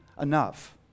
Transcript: enough